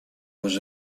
was